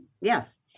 yes